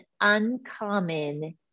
uncommon